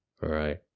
right